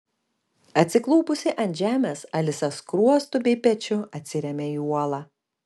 atsiklaupusi ant žemės alisa skruostu bei pečiu atsiremia į uolą